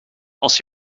als